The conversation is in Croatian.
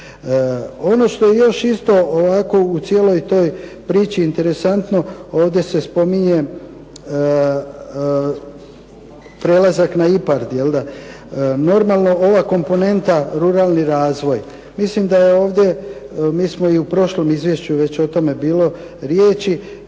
Ono što je još isto ovako u cijeloj toj priči interesantno, ovdje se spominje prelazak na IPARD jelda. Normalno ova komponenta ruralni razvoj. Mislim da je ovdje, mi smo i u prošlom izvješću već je o tome bilo riječi,